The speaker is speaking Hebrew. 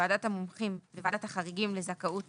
ועדת המומחים וועדת החריגים לזכאות